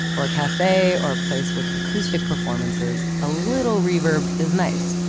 or a cafe or a place with acoustic performances, a little reverb is nice.